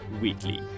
weekly